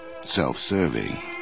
self-serving